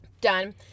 Done